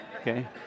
Okay